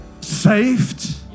saved